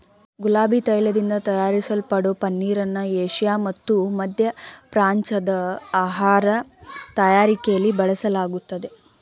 ಗುಲಾಬಿ ತೈಲದಿಂದ ತಯಾರಿಸಲ್ಪಡೋ ಪನ್ನೀರನ್ನು ಏಷ್ಯಾ ಮತ್ತು ಮಧ್ಯಪ್ರಾಚ್ಯದ ಆಹಾರ ತಯಾರಿಕೆಲಿ ಬಳಸಲಾಗ್ತದೆ